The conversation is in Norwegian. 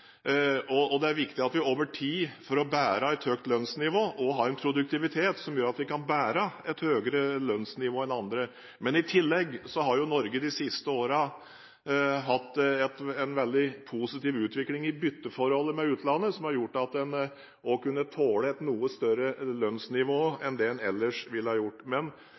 Det er viktig at vi for å bære et høyt lønnsnivå over tid også har en produktivitet som gjør at vi kan bære et høyere lønnsnivå enn andre. I tillegg har Norge de siste årene hatt en veldig positiv utvikling i bytteforholdet overfor utlandet, som har gjort at en har kunnet tåle et noe høyere lønnsnivå enn det en ellers ville ha gjort.